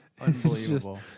unbelievable